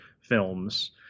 films